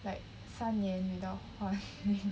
like 三年 without 换